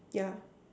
yeah